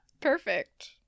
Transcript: perfect